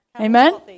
Amen